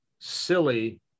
silly